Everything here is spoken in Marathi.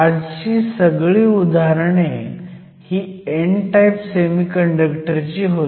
आजची सगळी उदाहरणे हे n टाईप सेमीकंडक्टर ची होती